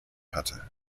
hatte